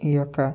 యొక్క